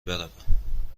برم